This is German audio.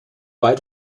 weit